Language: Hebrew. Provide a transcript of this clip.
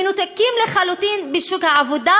מנותקים לחלוטין משוק העבודה.